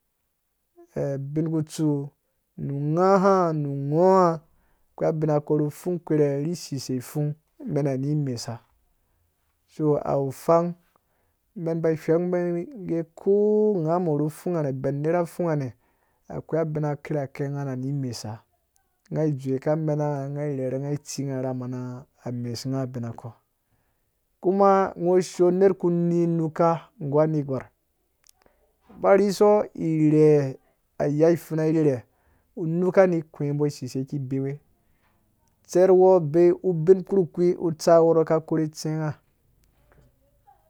bin kutsu nu ngha ha nu ngɔa kwei abinakɔ ru pfun kurhe ri sisei pfung mɛna ni mesa so, awu pfang mɛn mba hwɛng ɣ ko ngãmɔ ru pfungane bɛn nerha ru pfunga rɛ akwei abinake nga na ni mesa ngai dzoweka amena nga nga irherhunga itsi nga ra mana amesunga abin ako kuma ngo shiyo nerh ku ni nuka nggu anegwarh ba riso ire aya ipfuna irhirhe unuka ni kuwe mbɔ sisei ki bewe tserhwɔ bei ubin kurkpi utsawɔrhɔ ka korhuwe utsɛ nga.